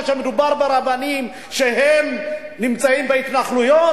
כשמדובר ברבנים שנמצאים בהתנחלויות,